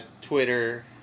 Twitter